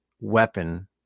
weapon